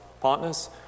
partners